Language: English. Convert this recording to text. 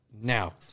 now